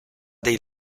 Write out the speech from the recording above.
dei